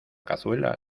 cazuela